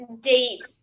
date